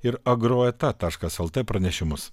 ir agrojeta taškas lt pranešimus